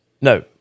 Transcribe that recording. No